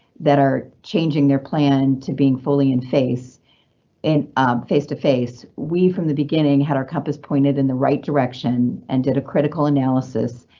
that are changing their plan to being fully and in um face to face, we from the beginning had our compass pointed in the right direction and did a critical analysis.